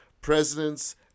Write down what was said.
presidents